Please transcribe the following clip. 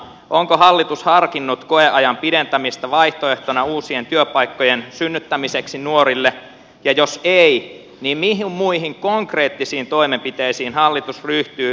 onko hallitus harkinnut koeajan pidentämistä vaihtoehtona uusien työpaikkojen synnyttämiseksi nuorille ja jos ei niin mihin muihin konkreettisiin toimenpiteisiin hallitus ryhtyy nuorisotyöttömyyteen puuttumiseksi